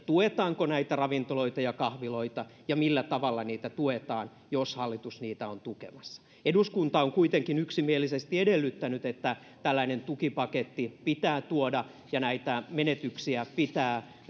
tuetaanko ravintoloita ja kahviloita ja millä tavalla niitä tuetaan jos hallitus niitä on tukemassa eduskunta on kuitenkin yksimielisesti edellyttänyt että tällainen tukipaketti pitää tuoda ja näitä menetyksiä pitää